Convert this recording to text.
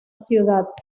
ciudad